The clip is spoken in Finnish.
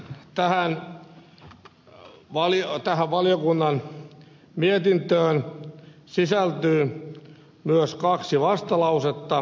tähän valiokunnan mietintöön sisältyy myös kaksi vastalausetta